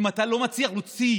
אם אתה לא מצליח להוציא